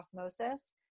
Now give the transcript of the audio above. osmosis